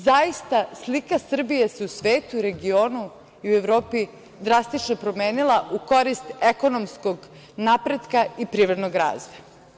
Zaista slika Srbije se u svetu i regionu i u Evropi drastično promenila u korist ekonomskog napretka i privrednog razvoja.